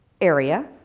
area